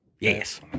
Yes